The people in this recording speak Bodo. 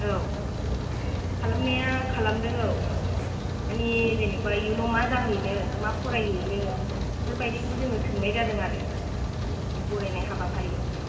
औ खालामनाया खालामदों औ माने जेनेबा इयुनाव मा जाहैनो मा फरायहैनो बेफोरबायदिखौ जोङो सोंनाय जादों आरो बे बरायनाय हाबाफारियावहाय